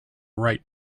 right